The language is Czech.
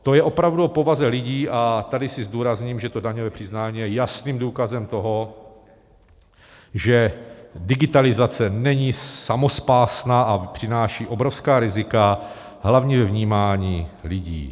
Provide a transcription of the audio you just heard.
To je opravdu o povaze lidí a tady zdůrazním, že daňové přiznání je jasným důkazem toho, že digitalizace není samospásná a přináší obrovská rizika hlavně ve vnímání lidí.